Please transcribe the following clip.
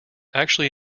actually